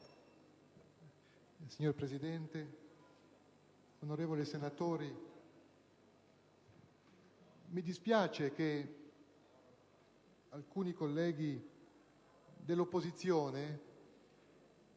Signora Presidente, onorevoli senatori, mi dispiace che alcuni colleghi dell'opposizione,